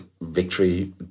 victory